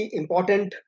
important